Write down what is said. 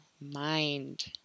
mind